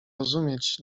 rozumieć